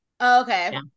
Okay